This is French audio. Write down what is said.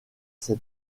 cet